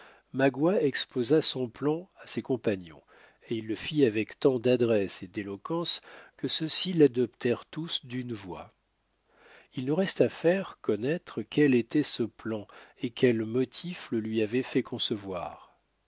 magua exposa son plan à ses compagnons et il le fit avec tant d'adresse et d'éloquence que ceux-ci l'adoptèrent tout d'une voix il nous reste à faire connaître quel était ce plan et quels motifs le lui avaient fait concevoir